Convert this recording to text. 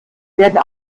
werden